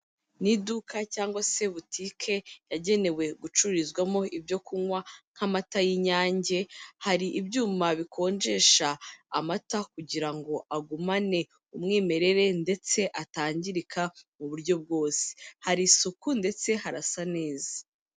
Mu iduka cyangwa se butike yagenewe gucururizwamo ibyo kunywa nk'amata y'Inyange, hari ibyuma bikonjesha amata kugira ngo agumane umwimerere ndetse atangirika mu buryo bwose, hari isuku ndetse harasa neza.